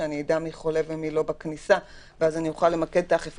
שאני אדע בכניסה מי חולה ומי לא ואז אוכל למקד את האכיפה.